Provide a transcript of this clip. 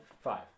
Five